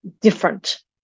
different